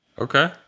Okay